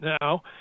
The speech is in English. now